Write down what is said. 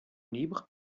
libres